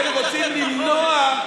ואתם רוצים למנוע,